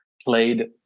played